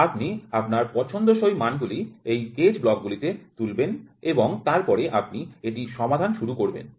আপনি আপনার পছন্দসই মানগুলির এই গেজ ব্লক গুলিকে তুলবেন এবং তারপরে আপনি এটি সমাধান শুরু করবেন